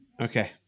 Okay